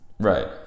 Right